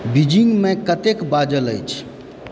बीजिङ्गमे कतेक बाजल अछि